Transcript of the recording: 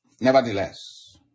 nevertheless